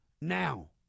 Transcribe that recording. Now